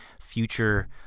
future